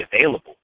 available